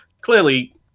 Clearly